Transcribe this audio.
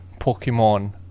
Pokemon